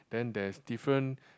then there is different